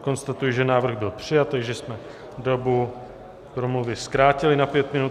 Konstatuji, že návrh byl přijat, takže jsme dobu promluvy zkrátili na pět minut.